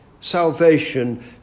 salvation